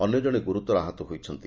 ଅନ୍ୟ ଜଶେ ଗୁରୁତର ଆହତ ହୋଇଛନ୍ତି